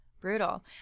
Brutal